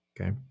okay